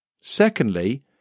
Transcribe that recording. Secondly